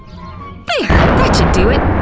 there, that should do it.